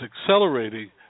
accelerating